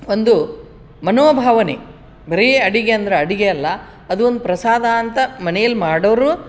ಒಂದು ಮನೋಭಾವನೆ ಬರೀ ಅಡುಗೆ ಅಂದರೆ ಅಡುಗೆ ಅಲ್ಲ ಅದು ಒಂದು ಪ್ರಸಾದ ಅಂತ ಮನೆಯಲ್ಲಿ ಮಾಡೋರು